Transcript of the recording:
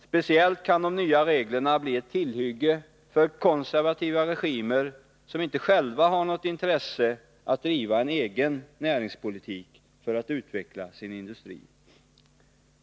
Speciellt kan de nya reglerna bli ett tillhygge för konservativa regimer som inte själva har något intresse av att driva en egen näringspolitik för att utveckla sin industri.